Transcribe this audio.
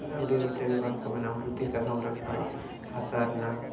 ᱦᱟᱥᱟ ᱨᱮᱱᱟᱜ